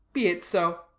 be it so.